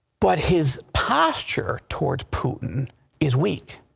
but his posture towards putin is weak.